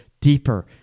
deeper